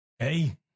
Hey